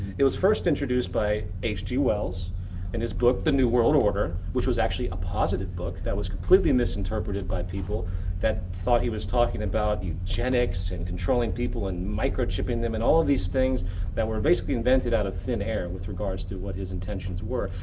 it was first introduced by h g. wells in his book the new world order, which was actually a positive book that was completely misinterpreted by people that thought he was talking about eugenics and controlling people and micro-chipping them, and all these things that were basically invented out of thin air with regards to what his intentions were.